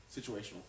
situational